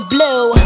Blue